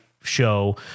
show